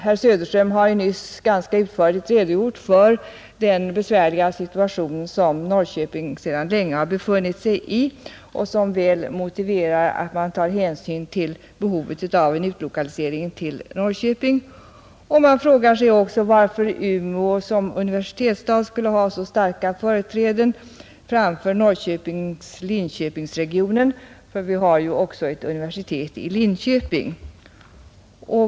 Herr Söderström har nyss ganska utförligt redogjort för den besvärliga situation som Norrköping sedan länge befunnit sig i och som väl motiverar att man tar hänsyn till behovet av en utlokalisering till Norrköping. Man frågar sig också varför Umeå såsom universitetsstad skulle ha så starka företräden framför Norrköping-Linköpingregionen. Vi har ju ett universitet också i Linköping.